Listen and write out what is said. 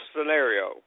scenario